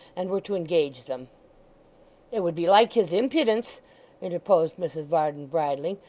and were to engage them it would be like his impudence interposed mrs varden, bridling,